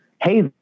Hey